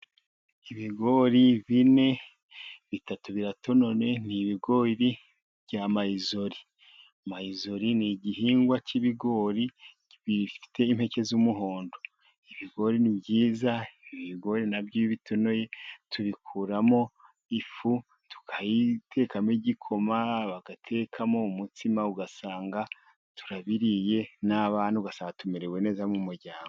Ibigori bine, bitatu biratonoye, ni ibigori bya mayizori. Mayizori ni igihingwa k'ibigori, bifite impeke z'umuhondo. Ibigori ni byiza, ibigori nabyo iyo bitonoye tubikuramo ifu tukayitekamo igikoma, bagatekamo umutsima ugasanga turabiriye, n'abana ugasanga tumerewe neza mu muryango.